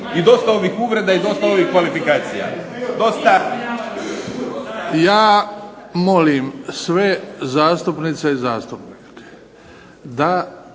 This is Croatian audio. I dosta ovih uvreda i dosta ovih kvalifikacija. Dosta! **Bebić, Luka (HDZ)** Ja molim sve zastupnice i zastupnike da